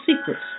secrets